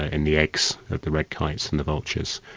ah in the eggs of the red kites and the vultures.